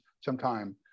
sometime